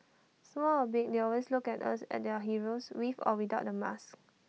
small or big they always look at us as their heroes with or without the mask